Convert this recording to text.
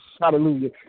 Hallelujah